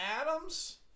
adams